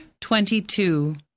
twenty-two